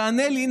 תענה לי.